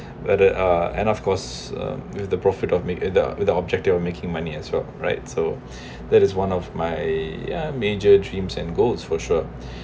at the uh and of course uh with the profit of make with the with the objective of making money as well right so that is one of my major dreams and goals for sure